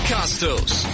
Costos